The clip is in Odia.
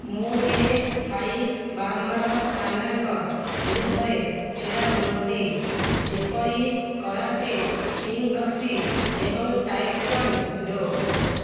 ମୁଁ ଥାଇ ବାରମ୍ବାର ସାଣ୍ଡାଙ୍କ ବିରୁଦ୍ଧରେ ଛିଡ଼ା ହୁଅନ୍ତି ଯେପରି କରାଟେ କିକ୍ ବକ୍ସିଂ ଏବଂ ଟାଏ କ୍ୱାନ୍ ଡୋ